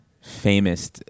famous